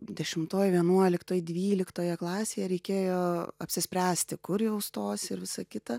dešimtoj vienuoliktoj dvyliktoje klasėje reikėjo apsispręsti kur jau stosi ir visa kita